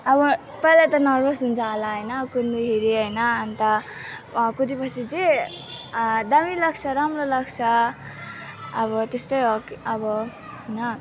अब पहिला त नर्भस हुन्छ होला होइन कुद्नुखेरि होइन अन्त कुदेपछि चाहिँ दामी लाग्छ राम्रो लाग्छ अब त्यस्तै हो अब होइन